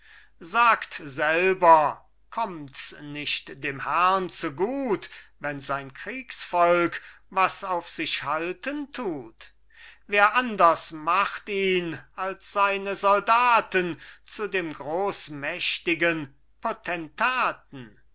sagt selber kommts nicht dem herrn zugut wenn sein kriegsvolk was auf sich halten tut wer anders macht ihn als seine soldaten zu dem großmächtigen potentaten